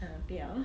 uh 不要